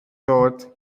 dod